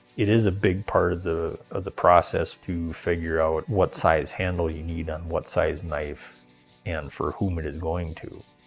it is a big part of the of the process to figure out what size handle you need on what size knife and for whom it is going to.